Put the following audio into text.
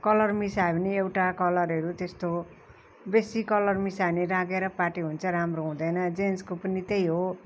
colour मिसायो भने एउटा कलरहरू त्यस्तो बेसी कलर मिसायो भने रागे र पाटे हुन्छ राम्रो हुँदैन जेन्सको पनि त्यही हो